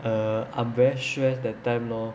I'm very stress that time lor